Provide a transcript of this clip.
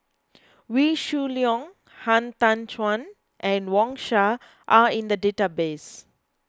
Wee Shoo Leong Han Tan Juan and Wang Sha are in the database